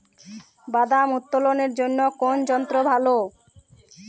বাদাম উত্তোলনের জন্য কোন যন্ত্র ভালো?